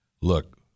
look